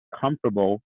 comfortable